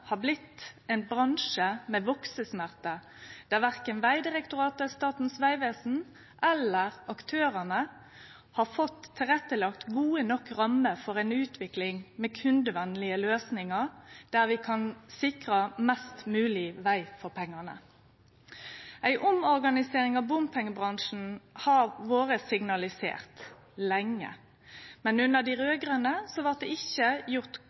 har blitt ein bransje med veksesmerter, der verken Vegdirektoratet, Statens vegvesen eller aktørane har fått tilrettelagt gode nok rammer for ei utvikling med kundevenlege løysingar der vi kan sikre mest mogleg veg for pengane. Ei omorganisering av bompengebransjen har vore signalisert lenge. Men under dei raud-grøne blei det ikkje